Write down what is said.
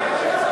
ההצעה